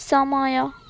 ସମୟ